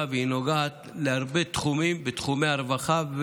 והיא נוגעת להרבה נושאים בתחומי הרווחה,